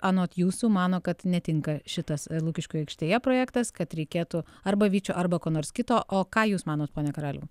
anot jūsų mano kad netinka šitas lukiškių aikštėje projektas kad reikėtų arba vyčio arba ko nors kito o ką jūs manot pone karaliau